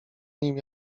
nim